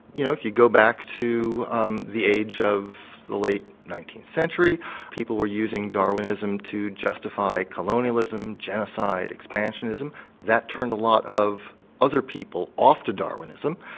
you know if you go back to um the age of the late nineteenth century people were using darwinism to justify colonialism, genocide, expansionism that turned a lot of other people off to darwinism.